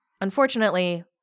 Unfortunately